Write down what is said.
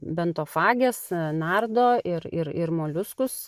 bentofagės nardo ir ir ir moliuskus